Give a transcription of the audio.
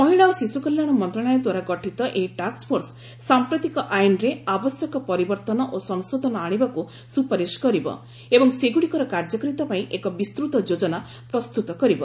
ମହିଳା ଓ ଶିଶୁ କଲ୍ୟାଣ ମନ୍ତ୍ରଣାଳୟ ଦ୍ୱାରା ଗଠିତ ଏହି ଟାସ୍କ୍ଫୋର୍ସ ସାମ୍ପ୍ରତିକ ଆଇନ୍ରେ ଆବଶ୍ୟକ ପରିବର୍ତ୍ତନ ଓ ସଂଶୋଧନ ଆଶିବାକୁ ସୁପାରିଶ କରିବ ଏବଂ ସେଗୁଡ଼ିକର କାର୍ଯ୍ୟକାରିତା ପାଇଁ ଏକ ବିସ୍ଚୃତ ଯୋଜନା ପ୍ରସ୍ତୁତ କରିବ